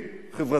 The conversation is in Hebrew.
קובעים.